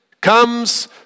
comes